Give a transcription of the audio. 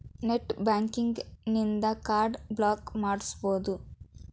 net banking ಇನ್ದಾ card block ಮಾಡ್ಸ್ಬೊದು